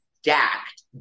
stacked